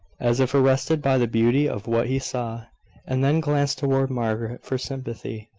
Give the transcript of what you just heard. as if arrested by the beauty of what he saw and then glanced towards margaret for sympathy.